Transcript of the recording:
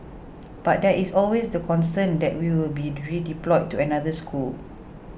but there is always the concern that we will be redeployed to another school